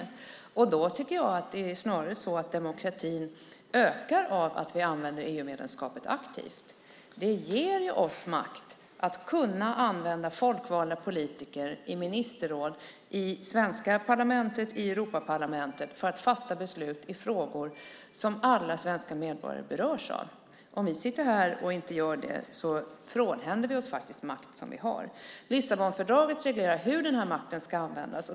Då tycker jag att demokratin snarare ökar av att vi använder EU-medlemskapet aktivt. Det ger oss makt att kunna använda folkvalda politiker i ministerråd, i svenska parlamentet och i Europaparlamentet för att fatta beslut i frågor som alla svenska medborgare berörs av. Om vi sitter här och inte gör det frånhänder vi oss faktiskt makt som vi har. Lissabonfördraget reglerar hur denna makt ska användas.